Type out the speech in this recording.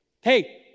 Hey